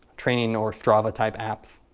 training or strava type apps.